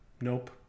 Nope